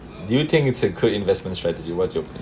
do you think it's a good investment strategy what's your